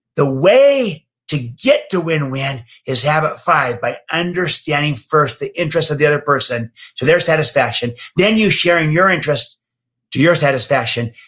the way to get to win-win is habit five, by understanding first the interest of the other person to their satisfaction, then you sharing your interest to your satisfaction,